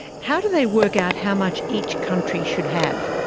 how do they work out how much each country should have?